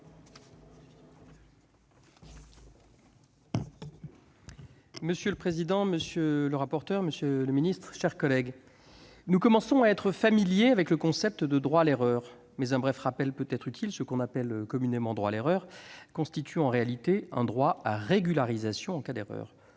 Monsieur le président, monsieur le secrétaire d'État, chers collègues, nous commençons à être familiers du concept de droit à l'erreur, mais un bref rappel peut être utile : ce qu'on appelle communément « droit à l'erreur » constitue en réalité un droit à régularisation en cas d'erreur.